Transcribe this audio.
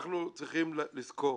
אנחנו צריכים לזכור